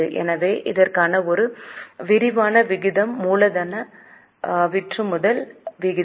எனவே இதற்கான ஒரு விரிவான விகிதம் மூலதன விற்றுமுதல் விகிதம்